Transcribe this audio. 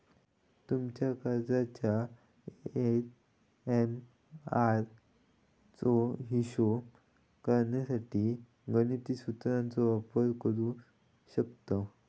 तुमच्या कर्जाच्या ए.एम.आय चो हिशोब करण्यासाठी गणिती सुत्राचो वापर करू शकतव